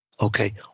Okay